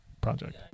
project